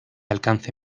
alcance